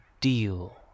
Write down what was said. deal